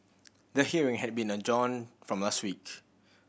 the hearing had been adjourned from last week